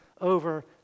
over